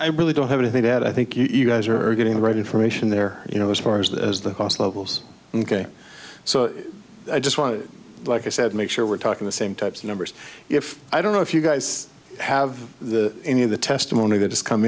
i really don't have anything to add i think you guys are getting the right information there you know as far as the cost levels ok so i just want to like i said make sure we're talking the same types of numbers if i don't know if you guys have the any of the testimony that has come